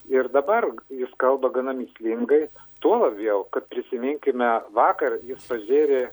ir dabar jis kalba gana mįslingai tuo labiau kad prisiminkime vakar jis pažėrė